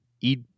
eat